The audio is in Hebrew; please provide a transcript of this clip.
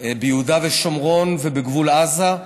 ביהודה ושומרון ובגבול עזה,